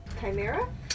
Chimera